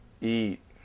Eat